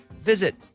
visit